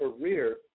career